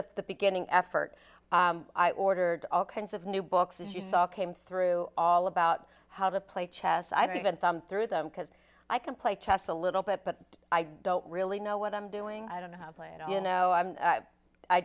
is the beginning effort i ordered all kinds of new books as you saw came through all about how to play chess i don't even thumb through them because i can play chess a little bit but i don't really know what i'm doing i don't know how to play and you know i'm i